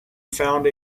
found